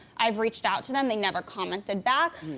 i've reached out to them, they never commented back.